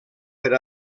per